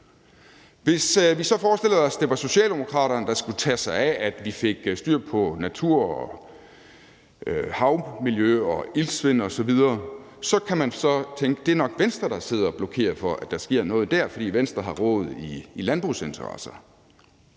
Hvis vi så forestillede os, at det var Socialdemokraterne, der skulle tage sig af, at vi fik styr på naturen og havmiljøet og iltsvindet osv., kunne man tænke, at det nok er Venstre, der sidder og blokerer for, at der sker noget dér, fordi Venstre har rod i landbrugsinteresser.